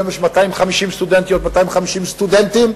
והיום יש 250 סטודנטיות ו-250 סטודנטים,